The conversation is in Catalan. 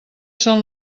són